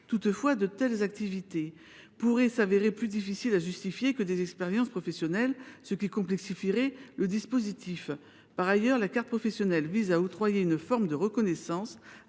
Toutefois, de telles activités pourraient se révéler plus difficiles à justifier que des expériences professionnelles, ce qui complexifierait le dispositif. Par ailleurs, la carte professionnelle vise à octroyer une forme de reconnaissance